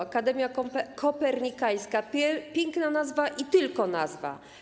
Akademia Kopernikańska - piękna nazwa i tylko nazwa.